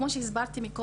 כמו שהסברתי מקודם,